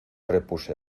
repuse